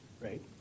right